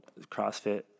CrossFit